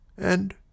And